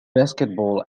basketball